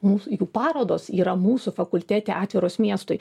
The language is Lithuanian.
mūsų jų parodos yra mūsų fakultete atviros miestui